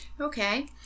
Okay